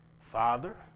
Father